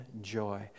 joy